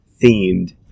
themed